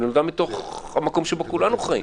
היא נולדה מתוך המקום שבו כולנו חיים.